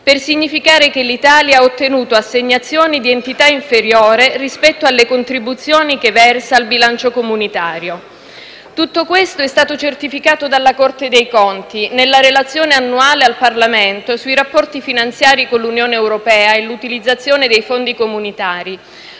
per significare che l'Italia ha ottenuto assegnazioni di entità inferiore rispetto alle contribuzioni che versa al bilancio comunitario. Tutto questo è stato certificato dalla Corte dei conti nella relazione annuale al Parlamento sui rapporti finanziari con l'Unione europea e l'utilizzazione dei fondi comunitari,